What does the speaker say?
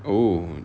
oh